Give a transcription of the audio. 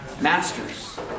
masters